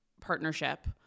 partnership